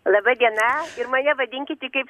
laba diena ir mane vadinkit tik kaip